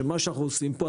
שמה שאנחנו עושים פה,